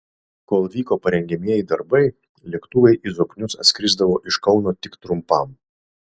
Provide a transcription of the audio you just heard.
kol vyko parengiamieji darbai lėktuvai į zoknius atskrisdavo iš kauno tik trumpam